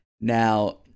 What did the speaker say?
Now